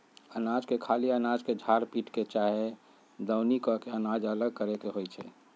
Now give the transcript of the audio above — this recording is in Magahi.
अनाज के खाली अनाज के झार पीट के चाहे दउनी क के अनाज अलग करे के होइ छइ